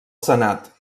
senat